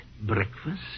breakfast